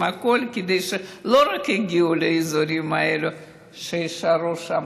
הכול כדי שלא רק יגיעו לאזורים האלה אלא יישארו שם,